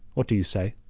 what do you say?